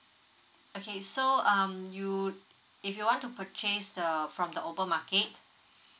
okay so um you if you want to purchase the uh from the open market